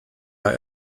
are